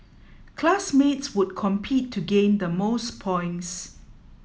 classmates would compete to gain the most points